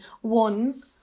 one